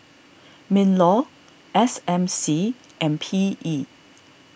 MinLaw S M C and P E